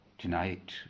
tonight